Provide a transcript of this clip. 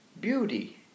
beauty